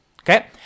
Okay